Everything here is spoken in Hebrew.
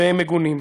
והם מגונים.